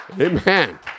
Amen